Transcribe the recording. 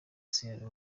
sierra